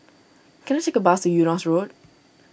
can I take a bus Eunos Road